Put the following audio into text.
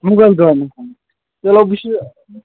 ہۅنٛگل گامُک چلو بہٕ چھُس